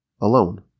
alone